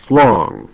long